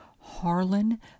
Harlan